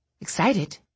Excited